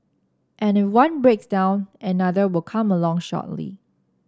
and if one breaks down another will come along shortly